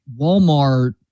Walmart